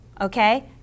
okay